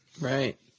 Right